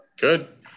good